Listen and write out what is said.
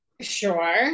Sure